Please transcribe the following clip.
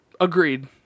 Agreed